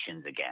again